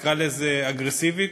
נקרא לזה, אגרסיבית.